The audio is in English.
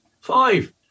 Five